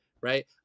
right